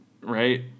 Right